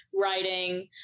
writing